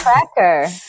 cracker